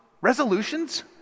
resolutions